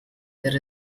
there